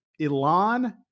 Elon